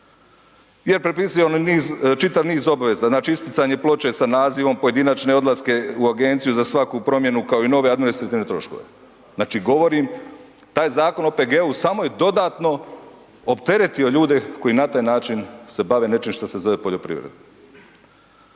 Jer propisuje niz, čitav niz obveza, znači isticanje ploče sa nazivom, pojedinačne odlaske u agenciju za svaku promjenu kao i nove administrativne troškove. Znači govorim, taj Zakon o OPG-u samo je dodatno opteretio ljude koji na taj način se bave nečim što se zove poljoprivreda.